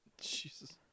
Jesus